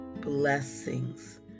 blessings